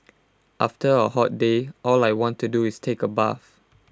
after A hot day all I want to do is take A bath